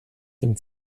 dem